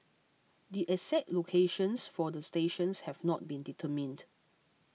the exact locations for the stations have not been determined